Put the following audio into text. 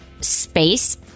space